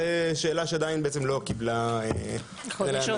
זו שאלה שעדיין לא קיבלה מענה.